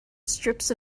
strips